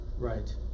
Right